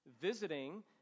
visiting